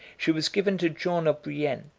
she was given to john of brienne,